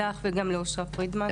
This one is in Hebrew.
לך וגם לאושרה פרידמן.